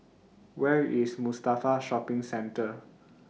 Where IS Mustafa Shopping Centre